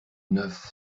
neuf